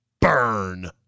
burn